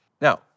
Now